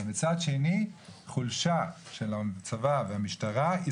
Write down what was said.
אבל מצד שני חולשה של הצבא ושל המשטרה היא